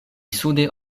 sude